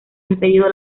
impedido